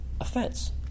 offense